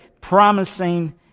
promising